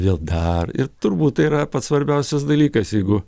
vėl dar ir turbūt tai yra pats svarbiausias dalykas jeigu